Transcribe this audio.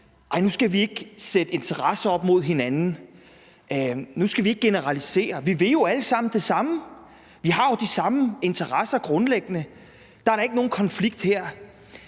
Ej, nu skal vi ikke sætte interesser op mod hinanden, nu skal vi ikke generalisere; vi vil jo alle sammen det samme; vi har jo grundlæggende de samme interesser; der er da ikke nogen konflikt her.